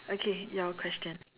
okay your question